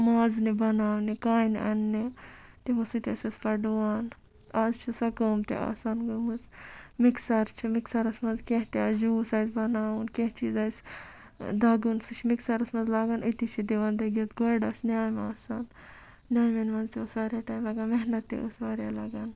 مازنہِ بَناونہِ کانہِ اَننہِ تِمو سۭتۍ ٲسۍ أسۍ پَتہٕ ڈُوان اَز چھِ سۄ کٲم تہِ آسان گٔمٕژ مِکسَر چھُ مِکسَرَس منٛز کینٛہہ تہِ آسہِ جوٗس آسہِ بَناوُن کینٛہہ چیٖز آسہِ دَگُن سُہ چھِ مِکسَرَس منٛز لاگان أتی چھِ دِوَن دٔگِتھ گۄڈٕ ٲس نیٛامہِ آسان نیٛامٮ۪ن منٛز تہِ اوس واریاہ ٹایم لَگان محنت تہِ ٲس واریاہ لَگان